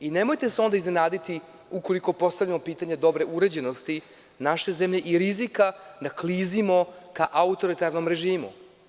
Nemojte se onda iznenaditi ukoliko postavimo pitanje dobre uređenosti naše zemlje i rizika da klizimo ka autoritarnom režimu.